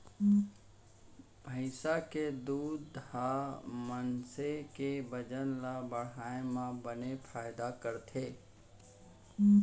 भईंस के दूद ह मनसे के बजन ल बढ़ाए म बने फायदा करथे